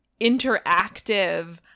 interactive